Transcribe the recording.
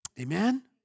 Amen